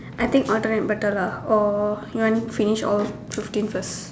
I think alternate better ah or you wanna finish all fifteen first